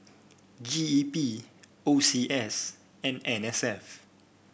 G E P O C S and N S F